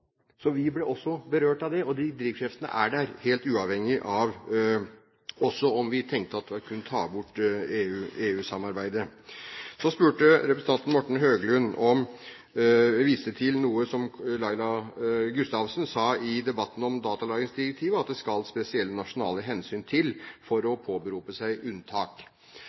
så vi ble også berørt av det. De drivkreftene er der, helt uavhengig av om vi tenkte å «ta bort» EU-samarbeidet. Så viste representanten Morten Høglund til noe som Laila Gustavsen sa i debatten om datalagringsdirektivet, at det skal spesielle nasjonale hensyn til for å påberope seg unntak.